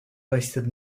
wasted